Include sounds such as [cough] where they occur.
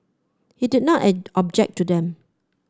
he did not [unintelligible] object to them